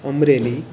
Amreli